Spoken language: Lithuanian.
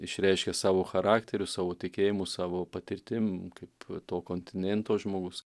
išreiškia savo charakteriu savo tikėjimu savo patirtim kaip to kontinento žmogus